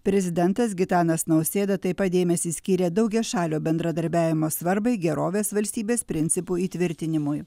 prezidentas gitanas nausėda taip pat dėmesį skyrė daugiašalio bendradarbiavimo svarbai gerovės valstybės principų įtvirtinimui